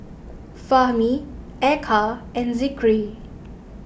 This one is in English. Fahmi Eka and Zikri